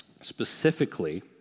specifically